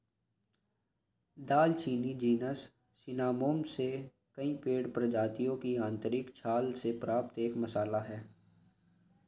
दालचीनी genus Cinnamomum से कई पेड़ प्रजातियों की आंतरिक छाल से प्राप्त एक मसाला है